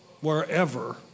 wherever